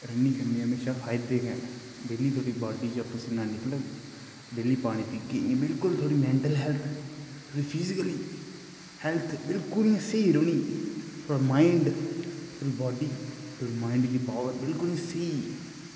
running करनें दे हमेशा फायदे गै न डेल्ली थोआड़ी बॉड्डी मतलब डेल्ली पानी पीह्गे बिल्कुल थुआढ़ी मैंटल हैल्थ फिजीकली हैल्थ बिल्कुल स्हेई रौह्नी और माईंड थोआड़ी बाड्डी थुआढ़े माईंड दी पावर बिल्कुल स्हेई